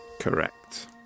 Correct